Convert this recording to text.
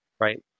right